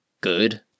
good